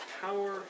power